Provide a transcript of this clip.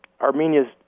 Armenia's